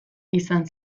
izan